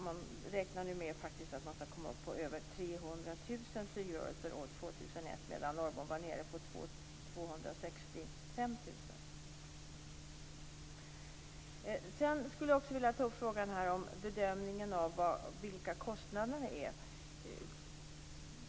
Man räknar faktiskt med att komma upp i över 300 000 flygrörelser år 2001, medan Norrbom var nere på 265 000. Jag skulle också vilja ta upp frågan om bedömningen av vilka kostnaderna är.